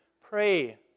pray